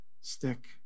stick